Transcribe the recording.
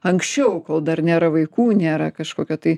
anksčiau kol dar nėra vaikų nėra kažkokio tai